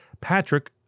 Patrick